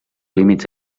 límits